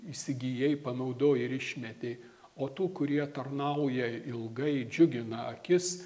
įsigijai panaudojai ir išmetei o tų kurie tarnauja ilgai džiugina akis